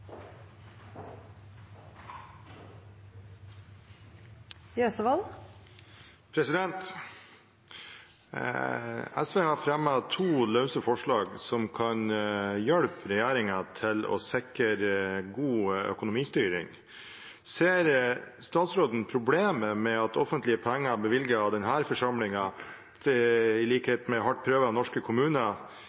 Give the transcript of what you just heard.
SV har fremmet to løse forslag som kan hjelpe regjeringen med å sikre god økonomistyring. Ser statsråden problemet, i likhet med hardt prøvede norske kommuner, med at offentlige penger bevilget av denne forsamlingen ikke går til